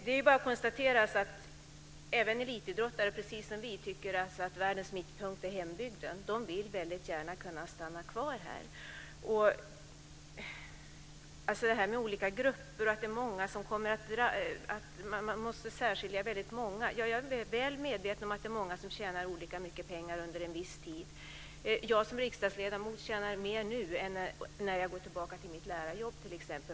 Det är bara att konstatera att elitidrottare, precis som vi andra, tycker att hembygden är världens mittpunkt, och de vill kunna stanna kvar där. Sedan gällde det frågan om olika grupper och att man skulle behöva särskilja många olika grupper. Jag är väl medveten om att det finns många som tjänar olika mycket pengar under en viss tid. Som riksdagsledamot tjänar jag mer nu än om jag t.ex. går tillbaka till mitt lärarjobb.